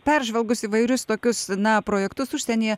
peržvelgus įvairius tokius na projektus užsienyje